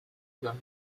gun